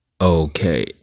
Okay